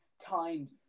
timed